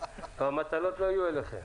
המטלות לא יהיו אליכם.